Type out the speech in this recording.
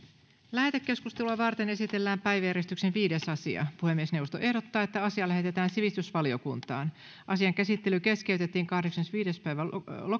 lähetekeskustelua varten esitellään päiväjärjestyksen viides asia puhemiesneuvosto ehdottaa että asia lähetetään sivistysvaliokuntaan asian käsittely keskeytettiin kahdeskymmenesviides